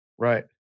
Right